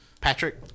patrick